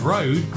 Road